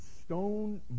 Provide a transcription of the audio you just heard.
stone